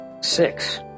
Six